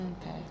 Okay